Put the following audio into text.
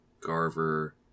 Garver